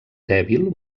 dèbil